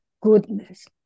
goodness